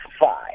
five